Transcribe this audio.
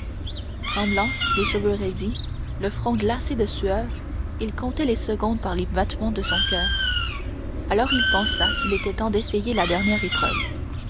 tremblant les cheveux roidis le front glacé de sueur il comptait les secondes par les battements de son coeur alors il pensa qu'il était temps d'essayer la dernière épreuve